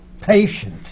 patient